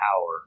power